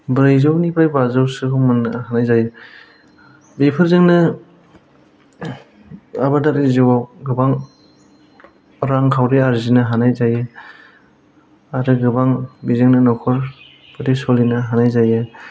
ब्रैजौनिफ्राय बाजौसिमखौ मोननो हानाय जायो बेफोरजोंनो आबादारि जिउआव गोबां रां आरजिनो हानाय जायो गोबां बेजोंनो न'खर सोलिनो हानाय जायो